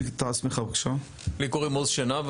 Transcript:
עוז שנהב,